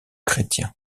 chrétiens